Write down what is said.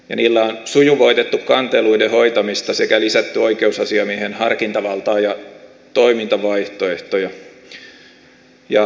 niillä on sujuvoitettu kanteluiden hoitamista sekä lisätty oikeusasiamiehen harkintavaltaa ja toimintavaihtoehtoja